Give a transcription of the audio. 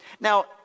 Now